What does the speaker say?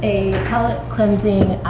a palate-cleansing